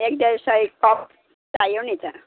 एक डेढ सय कप चाहियो नि त